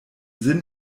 sinn